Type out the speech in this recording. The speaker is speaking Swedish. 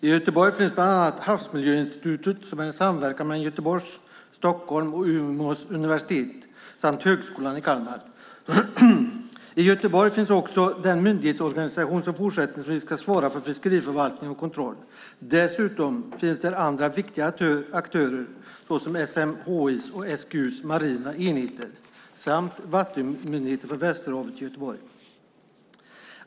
I Göteborg finns bland annat Havsmiljöinstitutet som är en samverkan mellan Göteborgs, Stockholms och Umeå universitet samt Högskolan i Kalmar. I Göteborg finns också den myndighetsorganisation som fortsättningsvis ska svara för fiskeriförvaltning och kontroll. Dessutom finns där andra viktiga aktörer, såsom SMHI:s och SGU:s marina enheter samt Vattenmyndigheten för Västerhavet.